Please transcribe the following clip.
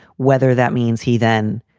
whether that means he then,